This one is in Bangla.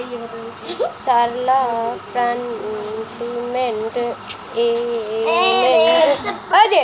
Sarala development and micro finance limited থেকে মহিলাদের জন্য কি করে লোন এপ্লাই করব?